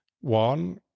One